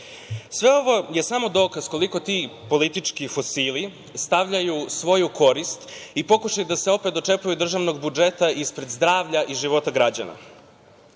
ovo je samo dokaz koliko ti politički fosili stavljaju svoju korist i pokušaj da se opet dočepaju državnog budžeta ispred zdravlja i života građana.